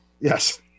Yes